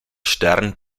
stern